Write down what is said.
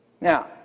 Now